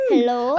Hello